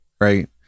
right